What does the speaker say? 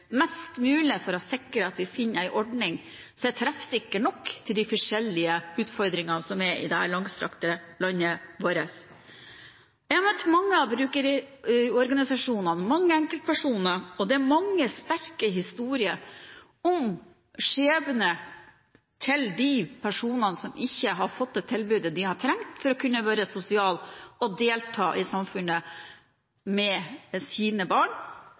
mest mulig for å sikre at vi finner en ordning som er treffsikker nok til de forskjellige utfordringene som er i dette langstrakte landet vårt. Jeg har møtt mange av brukerorganisasjonene, mange enkeltpersoner, og det er mange sterke historier om skjebner til de personene som ikke har fått det tilbudet de har trengt for å kunne være sosiale og delta i samfunnet med sine barn,